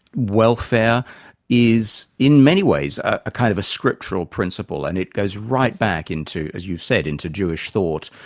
welfare is in many ways a kind of a scriptural principle. and it goes right back into, as you've said, into jewish thought.